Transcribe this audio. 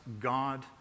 God